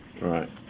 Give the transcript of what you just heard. Right